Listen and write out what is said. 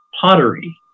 pottery